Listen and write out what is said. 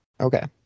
Okay